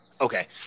Okay